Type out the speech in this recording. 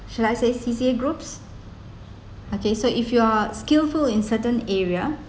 shall I say C_C_A groups okay so if you are skillful in certain area